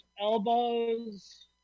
elbows